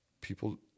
people